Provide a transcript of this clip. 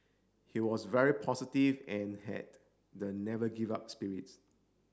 he was very positive and had the never give up spirit